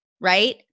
right